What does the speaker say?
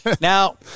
Now